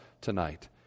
tonight